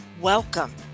Welcome